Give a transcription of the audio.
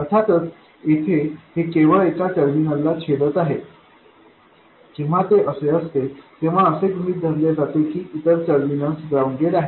अर्थात येथे हे केवळ एका टर्मिनला छेदत आहे जेव्हा ते असे असते तेव्हा असे गृहित धरले जाते की इतर टर्मिनल ग्राउंडेड आहे